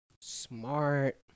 smart